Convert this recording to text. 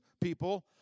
people